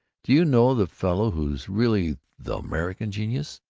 do you know the fellow who's really the american genius?